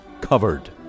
covered